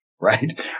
right